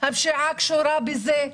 הפשיעה קשורה בזה,